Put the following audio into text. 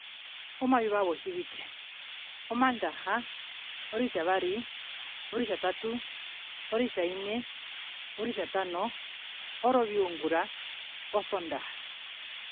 Omayuva wojivike omandaha, oritjavari, oritjatatu, oritjaine, oritjatano, oroviungura, osondaha.